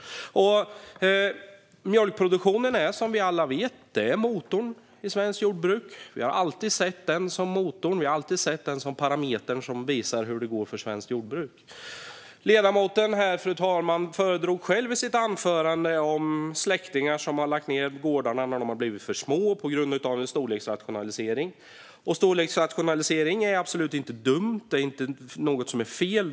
Mjölkproduktionen är som vi alla vet motorn i svenskt jordbruk. Vi har alltid sett den som motorn. Vi har alltid sett den som den parameter som visar hur det går för svenskt jordbruk. Fru talman! Ledamoten talade i sitt anförande om släktingar som lagt ned gårdar när de blivit för små, på grund av en storleksrationalisering. Storleksrationalisering är absolut inte dumt. Det är inte något som är fel.